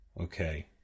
Okay